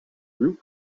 root